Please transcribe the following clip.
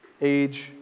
age